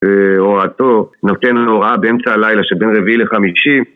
והורתו נותן להוראה באמצע הלילה שבין רביעי לחמישי